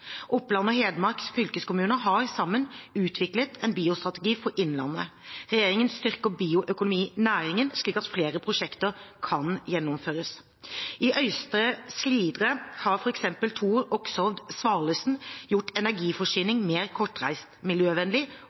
Oppland og Hedmark fylkeskommuner har sammen utviklet Biostrategi for Innlandet. Regjeringen styrker bioøkonominæringen, slik at flere prosjekter kan gjennomføres. I Øystre Slidre har f.eks. Tor Oxhovd Svalesen gjort energiforsyning mer kortreist, miljøvennlig